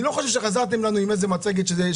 אני לא חושב שחזרתם לנו עם איזה מצגת שבאמת